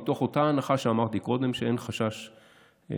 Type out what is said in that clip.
מתוך אותה הנחה שאמרתי קודם שאין חשש מיידי.